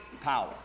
power